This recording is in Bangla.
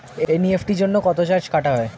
এন.ই.এফ.টি জন্য কত চার্জ কাটা হয়?